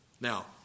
now